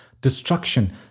destruction